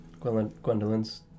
Gwendolyn's